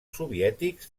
soviètics